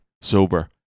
sober